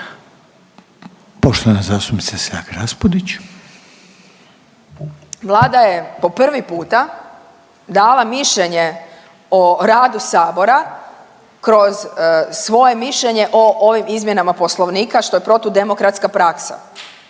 Marija (Nezavisni)** Vlada je po prvi puta dala mišljenje o radu Sabora kroz svoje mišljenje o ovim izmjenama Poslovnika, što je protudemokratska praksa